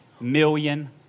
million